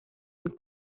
une